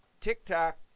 TikTok